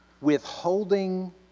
withholding